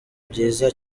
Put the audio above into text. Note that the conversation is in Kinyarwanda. byiza